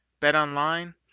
BetOnline